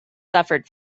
suffered